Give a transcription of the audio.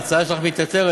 ההצעה שלך מתייתרת,